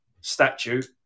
statute